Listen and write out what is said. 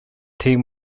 team